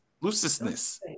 looseness